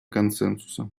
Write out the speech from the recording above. консенсуса